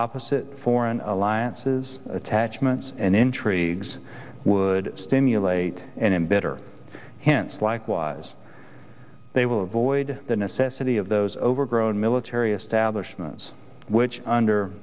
opposite foreign alliances attachments and intrigues would stimulate and embitter hence likewise they will avoid the necessity of those overgrown military establishments which under